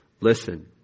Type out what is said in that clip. Listen